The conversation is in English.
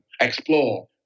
explore